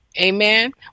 Amen